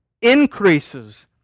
increases